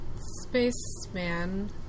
spaceman